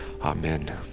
Amen